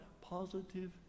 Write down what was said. positive